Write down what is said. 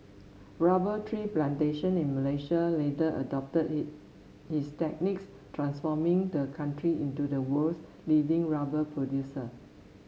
rubber tree plantation in Malaysia later adopted he his techniques transforming the country into the world's leading rubber producer